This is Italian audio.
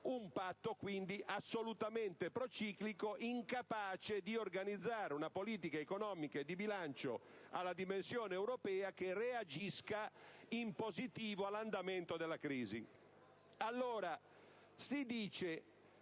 Un patto quindi assolutamente prociclico, incapace di organizzare una politica economica e di bilancio alla dimensione europea che reagisca in positivo all'andamento della crisi. Cosa si diceva